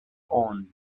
owned